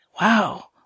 Wow